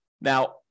Now